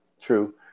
true